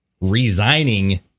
resigning